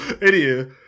Idiot